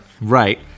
Right